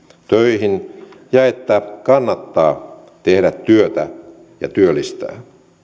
töihin ja että kannattaa tehdä työtä ja työllistää